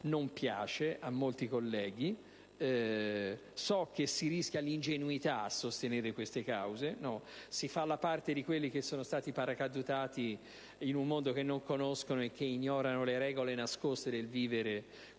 non piace a molti colleghi. So che si rischia l'ingenuità a sostenere queste cause. Si fa la parte di quelli che sono stati paracadutati in un mondo che non conoscono e che ignorano le regole nascoste del vivere qui dentro.